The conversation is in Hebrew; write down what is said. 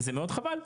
וזה מאוד חבל.